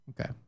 Okay